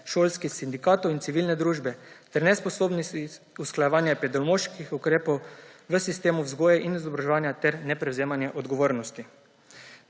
šolskih sindikatov in civilne družbe ter nesposobnost usklajevanja epidemioloških ukrepov v sistemu vzgoje in izobraževanja ter neprevzemanje odgovornosti.